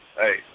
hey